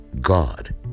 God